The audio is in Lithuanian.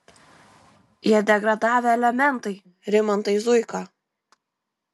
jie degradavę elementai rimantai zuika